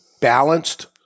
balanced